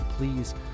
Please